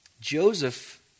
Joseph